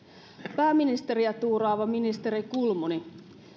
pääministeriä tuuraava ministeri kulmuni